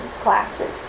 classes